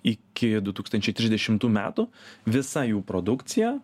iki du tūkstančiai trisdešimtų metų visa jų produkcija